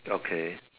okay